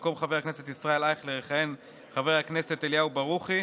במקום חבר הכנסת ישראל אייכלר יכהן חבר הכנסת אליהו ברוכי,